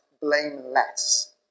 blameless